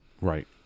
Right